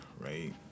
right